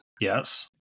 Yes